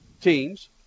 teams